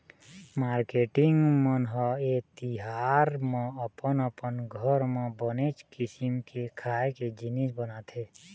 marketing मन ह ए तिहार म अपन अपन घर म बनेच किसिम के खाए के जिनिस बनाथे